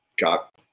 got